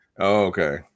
Okay